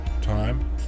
Time